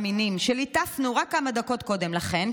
מינים שליטפנו רק כמה דקות קודם לכן,